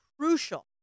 crucial